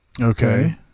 Okay